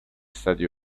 stati